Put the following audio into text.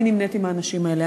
אני נמנית עם האנשים האלה.